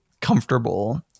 comfortable